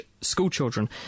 schoolchildren